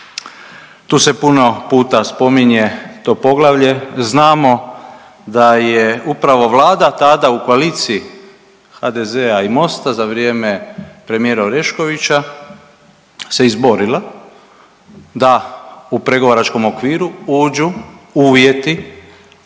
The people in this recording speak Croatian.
Tu se puno puta spominje to poglavlje, znamo da je upravo vlada tada u koaliciji HDZ-a i MOST-a za vrijeme premijera Oreškovića se izborila da u pregovaračkom okviru uđu uvjeti